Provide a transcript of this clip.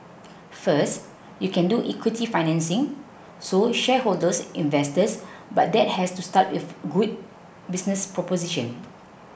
first you can do equity financing so shareholders investors but that has to start with a good business proposition